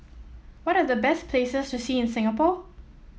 what are the best places to see in Singapore